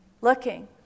looking